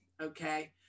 Okay